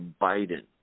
Biden